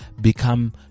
become